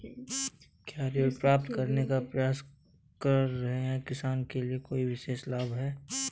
क्या ऋण प्राप्त करने का प्रयास कर रहे किसानों के लिए कोई विशेष लाभ हैं?